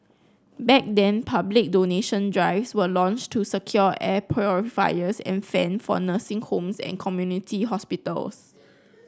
back then public donation drives were launched to secure air purifiers and fan for nursing homes and community hospitals